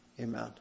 Amen